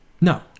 No